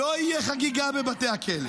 --- לא תהיה חגיגה בבתי הכלא.